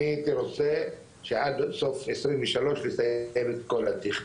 אני הייתי רוצה שעד סוף 2023 לסיים את כל התכנון,